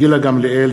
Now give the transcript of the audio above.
גילה גמליאל,